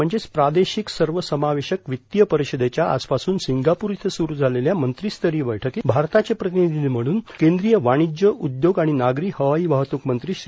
म्हणजेच प्रादेशिक सर्वसमावेशक वित्तीय परिषदेच्या आजपासून सिंगापूर इथं सुरु झालेल्या मंत्रीस्तरीय बैठकीत भारताचे प्रतिनिधी म्हणून केंद्रीय वाणिज्य उद्योग आणि नागरी हवाई वाहतूक मंत्री श्री